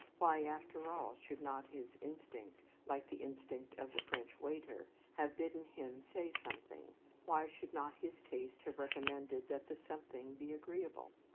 why, after all, should not his instinct, like the instinct of the french waiter, have bidden him say something why should not his taste have recommended that the something be agreeable?